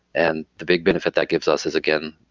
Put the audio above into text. and the big benefit that gives us is again,